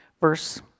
verse